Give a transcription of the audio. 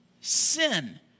sin